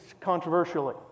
controversially